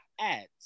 ads